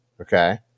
Okay